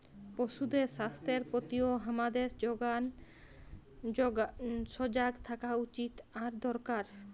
পশুদের স্বাস্থ্যের প্রতিও হামাদের সজাগ থাকা উচিত আর দরকার